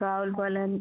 Ravulapalem